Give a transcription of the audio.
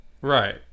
Right